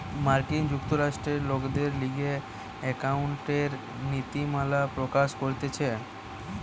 মার্কিন যুক্তরাষ্ট্রে লোকদের লিগে একাউন্টিংএর নীতিমালা প্রকাশ করতিছে